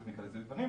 בוודאי.